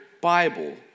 Bible